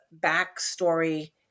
backstory